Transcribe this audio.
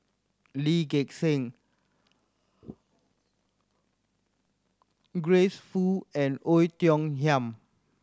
Lee Gek Seng Grace Fu and Oei Tiong Ham